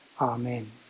amen